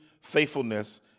faithfulness